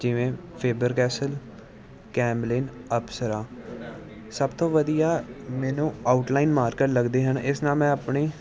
ਜਿਵੇਂ Faber Castell Camlin ਅਫਸਰਾ ਸਭ ਤੋਂ ਵਧੀਆ ਮੈਨੂੰ ਆਊਟਲਾਈਨ ਮਾਰਕਰ ਲੱਗਦੇ ਹਨ ਇਸ ਨਾਲ ਮੈਂ ਆਪਣੀ